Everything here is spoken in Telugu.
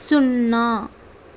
సున్నా